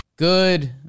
Good